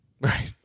Right